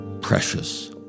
precious